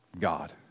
God